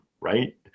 right